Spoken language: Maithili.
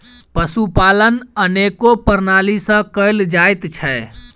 पशुपालन अनेको प्रणाली सॅ कयल जाइत छै